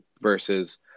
versus